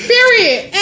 Period